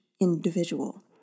individual